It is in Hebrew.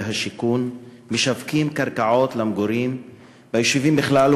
והשיכון משווקים קרקעות למגורים ביישובים בכלל,